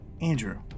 Andrew